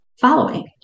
following